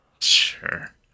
Sure